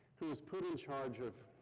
who was put in charge of